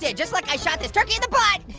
yeah just like i shot this turkey in the butt!